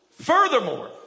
Furthermore